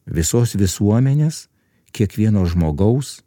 visos visuomenės kiekvieno žmogaus